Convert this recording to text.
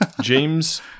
James